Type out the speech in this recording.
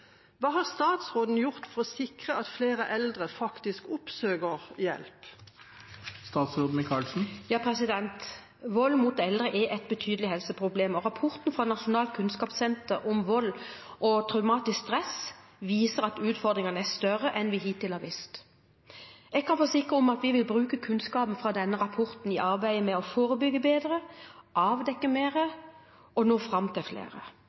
Hva har statsråden gjort for å sikre at flere eldre faktisk oppsøker hjelp?» Vold mot eldre er et betydelig helseproblem, og rapporten fra Nasjonalt kunnskapssenter om vold og traumatisk stress viser at utfordringene er større enn vi hittil har visst. Jeg kan forsikre om at vi vil bruke kunnskapen fra denne rapporten i arbeidet med å forebygge bedre, avdekke mer og nå fram til flere.